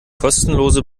kostenlose